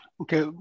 Okay